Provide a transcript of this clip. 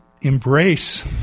embrace